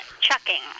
chucking